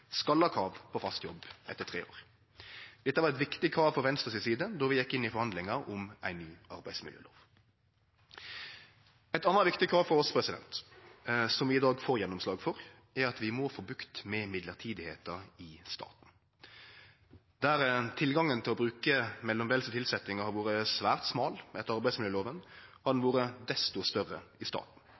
ha krav på fast jobb etter tre år. Dette var eit viktig krav frå Venstres side då vi gjekk inn i forhandlingar om ei ny arbeidsmiljølov. Eit anna viktig krav for oss, som vi i dag får gjennomslag for, er at vi må få bukt med mellombelse stillingar i staten. Der høvet til å bruke mellombelse tilsetjingar har vore svært «smal» etter arbeidsmiljøloven, har den vore desto større i staten.